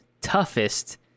toughest